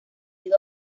ido